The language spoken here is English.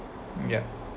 yeah